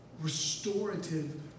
restorative